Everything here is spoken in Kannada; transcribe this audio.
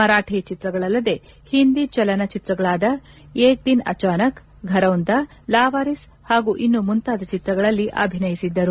ಮರಾಠಿ ಚಿತ್ರಗಳಲ್ಲದೆ ಹಿಂದಿ ಚಲನ ಚಿತ್ರಗಳಾದ ಏಕ್ ದಿನ್ ಅಚಾನಕ್ ಫರೌಂದಾ ಲಾವಾರಿಸಿ ಹಾಗೂ ಇನ್ನೂ ಮುಂತಾದ ಚಿತ್ರಗಳಲ್ಲಿ ಅಭಿನಯಿಸಿದ್ದರು